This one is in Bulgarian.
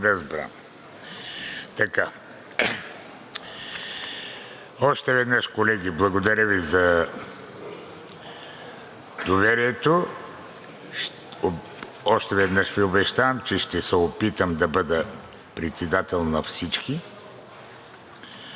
РАШИДОВ: Още веднъж, колеги, благодаря Ви за доверието. Още веднъж Ви обещавам, че ще се опитам да бъда председател на всички.